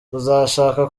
uzashaka